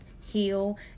heal